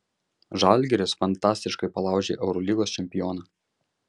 žalgiris fantastiškai palaužė eurolygos čempioną